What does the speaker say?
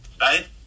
right